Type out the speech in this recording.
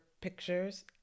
pictures